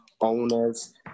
owners